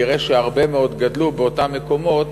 יראה שהרבה מאוד מהם גדלו באותם מקומות